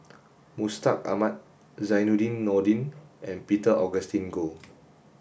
Mustaq Ahmad Zainudin Nordin and Peter Augustine Goh